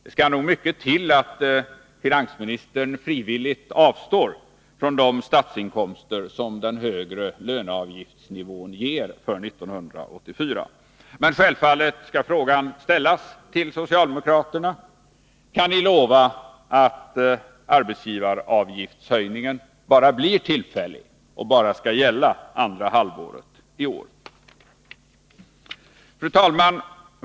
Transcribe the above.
Det skall nog mycket till för att finansministern frivilligt skall avstå från de statsinkomster som den högre löneavgiftsnivån ger för år 1984. Men självfallet skall frågan ställas till socialdemokraterna: Kan ni lova att arbetsgivaravgiftshöjningen bara blir tillfällig och bara skall gälla andra halvåret i år? Fru talman!